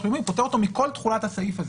לאומי פוטר אותו מכל תחולת הסעיף הזה.